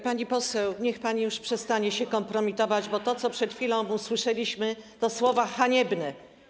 Pani poseł, niech pani już przestanie się kompromitować, bo to, co przed chwilą usłyszeliśmy, to słowa haniebne.